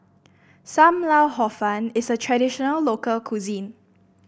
Sam Lau Hor Fun is a traditional local cuisine